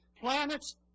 planets